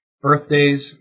Birthdays